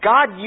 God